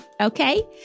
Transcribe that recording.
Okay